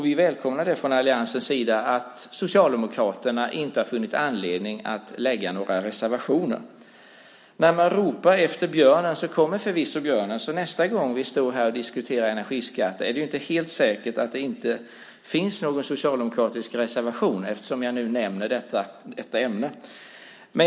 Vi välkomnar från alliansens sida att Socialdemokraterna inte har funnit anledning att lägga fram några reservationer. När man ropar efter björnen kommer förvisso björnen. Nästa gång vi står här och diskuterar energiskatter är det inte helt säkert att det inte finns någon socialdemokratisk reservation, eftersom jag nu nämner detta ämne. Fru talman!